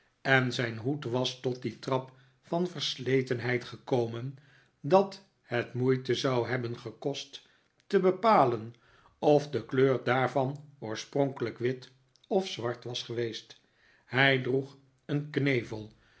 en zijn hoed was f ot dien trap van versletenheid gekomen dat het moeite zou hebben gekost te bepalen of de kleur daarvan oorspronkelijk wit of zwart was geweest hij droeg een knevel